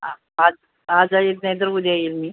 आज येत न नाही तर उद्या येईन मी